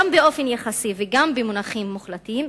גם באופן יחסי וגם במונחים מוחלטים,